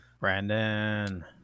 Brandon